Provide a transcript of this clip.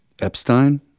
Epstein